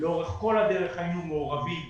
לאורך כל הדרך היינו מעורבים.